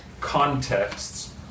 contexts